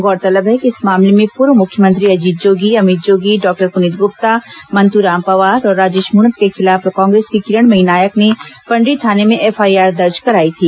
गौरतलब है कि इस मामले में पूर्व मुख्यमंत्री अजीत जोगी अमित जोगी डॉक्टर पुनीत गुप्ता मंतूराम पवार और राजेश मूणत के खिलाफ कांग्रेस की किरणमयी नायक ने पंडरी थाने में एफआईआर दर्ज कराई थी